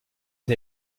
der